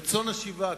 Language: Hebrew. "רצון השיבה"?